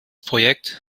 projekt